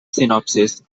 synopsis